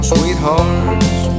Sweethearts